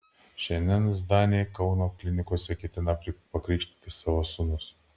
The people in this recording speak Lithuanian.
šiandien zdaniai kauno klinikose ketina pakrikštyti savo sūnus